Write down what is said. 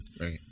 right